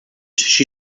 she